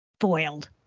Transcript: foiled